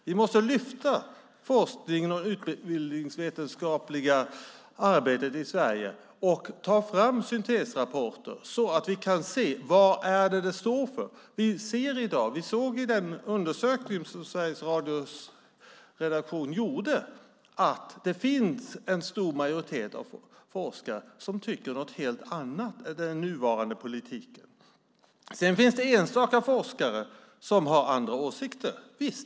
Vi måste lyfta fram forskningen och det utbildningsvetenskapliga arbetet i Sverige och ta fram syntesrapporter så att vi kan se vad de står för. Vi såg i den undersökning som Sveriges Radios redaktion gjorde att det finns en stor majoritet av forskare som tycker något helt annat än den nuvarande politiken. Det finns enstaka forskare som har andra åsikter.